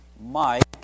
Mike